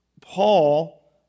Paul